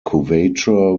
curvature